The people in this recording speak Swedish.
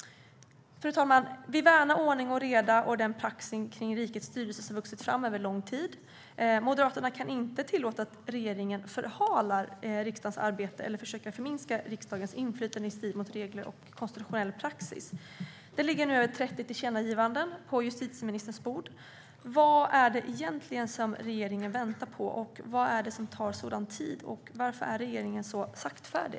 Fru talman! Vi värnar ordning och reda och den praxis för rikets styrelse som har vuxit fram över lång tid. Moderaterna kan inte tillåta att regeringen förhalar riksdagens arbete eller försöker förminska riksdagens inflytande i strid mot regler och konstitutionell praxis. Det ligger nu ett trettiotal tillkännagivanden på justitieministerns bord. Vad är det egentligen regeringen väntar på, vad är det som tar sådan tid och varför är regeringen så saktfärdig?